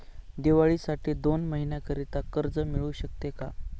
दिवाळीसाठी दोन महिन्याकरिता कर्ज मिळू शकते का?